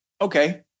okay